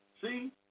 See